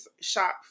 shop